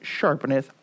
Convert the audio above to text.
sharpeneth